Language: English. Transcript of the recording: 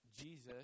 Jesus